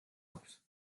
აქვს